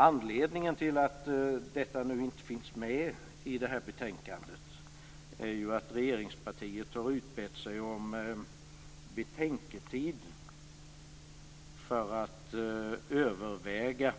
Anledningen till att denna fråga inte finns med i det här betänkandet är att regeringspartiet har utbett sig om betänketid för att överväga